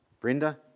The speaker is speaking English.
Brenda